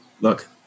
look